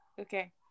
Okay